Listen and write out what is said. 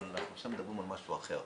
אבל אנחנו עכשיו מדברים על משהו אחר.